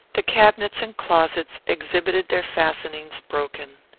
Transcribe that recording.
the cabinets and closets exhibited their fastenings broken.